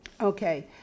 Okay